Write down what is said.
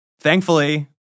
Thankfully